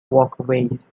walkways